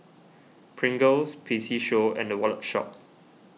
Pringles P C Show and the Wallet Shop